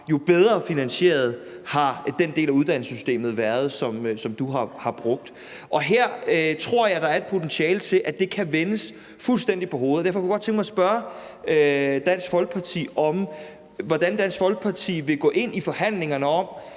jo bedre finansieret har den del af uddannelsessystemet, som du har brugt, været. Og her tror jeg, der er et potentiale til, at det kan vendes fuldstændig på hovedet. Derfor kunne jeg godt tænke mig at spørge Dansk Folkeparti om, hvordan Dansk Folkeparti vil gå ind i forhandlingerne om